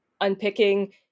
unpicking